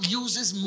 uses